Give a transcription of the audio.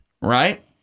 right